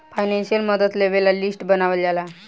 financial मदद लेबे वाला लिस्ट बनावल जाला